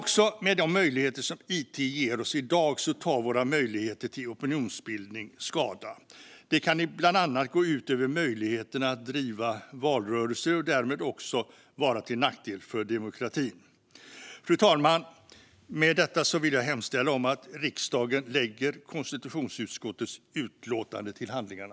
Våra möjligheter till opinionsbildning tar dock skada av de möjligheter som it ger oss i dag. Det kan bland annat gå ut över möjligheterna att driva valrörelser och kan därmed också vara till nackdel för demokratin. Fru talman! Med detta vill jag hemställa om att riksdagen lägger konstitutionsutskottets utlåtande till handlingarna.